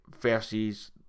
versus